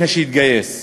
לפני שיתגייס,